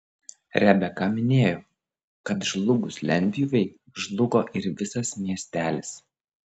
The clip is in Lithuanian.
rebeka minėjo kad žlugus lentpjūvei žlugo ir visas miestelis